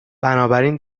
بنابراین